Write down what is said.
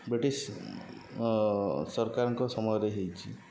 British ସରକାରଙ୍କ ସମୟରେ ହେଇଛି